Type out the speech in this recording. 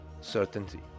Certainty